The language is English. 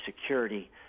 security